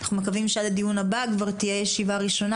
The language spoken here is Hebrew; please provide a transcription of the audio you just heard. אנחנו מקווים שעד הדיון הבא כבר תהיה ישיבה ראשונה